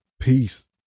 Peace